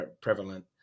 prevalent